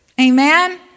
Amen